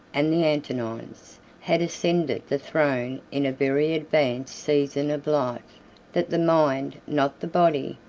and the antonines, had ascended the throne in a very advanced season of life that the mind, not the body,